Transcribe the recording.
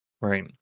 Right